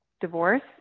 divorce